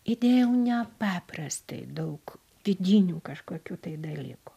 įdėjau nepaprastai daug vidinių kažkokių tai dalykų